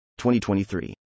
2023